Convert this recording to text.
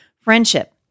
friendship